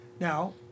Now